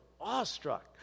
awestruck